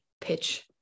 pitch